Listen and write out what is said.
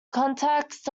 context